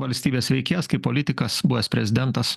valstybės veikėjas kaip politikas buvęs prezidentas